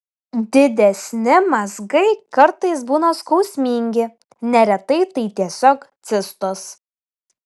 didesni mazgai kartais būna skausmingi neretai tai tiesiog cistos